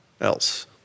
else